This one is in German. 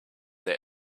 der